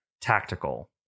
Tactical